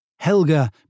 Helga